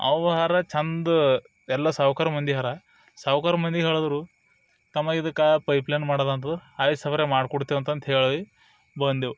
ಅವು ಅರ ಚಂದ ಎಲ್ಲ ಸಾವ್ಕಾರ್ ಮಂದಿ ಅರ ಸಾವ್ಕಾರ್ ಮಂದಿ ಹೇಳಿದ್ರು ತಮ್ಮ ಇದಕ್ಕೆ ಪೈಪ್ಲೈನ್ ಮಾಡದ ಅಂದು ಆಯ್ತು ಸವರೆ ಮಾಡ್ಕೊಡ್ತಿವಿ ಅಂತಂತ ಹೇಳಿ ಬಂದೆವು